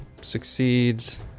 succeeds